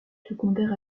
secondaires